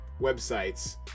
websites